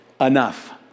enough